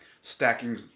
stacking